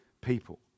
people